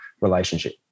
relationship